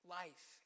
life